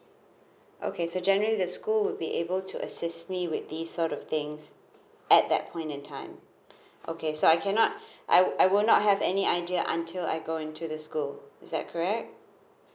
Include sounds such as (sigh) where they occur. okay so generally the school would be able to assist me with these sort of things at that point in time okay so I cannot (breath) I I will not have any idea until I go into the school is that correct